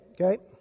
okay